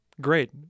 great